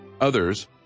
others